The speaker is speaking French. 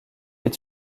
est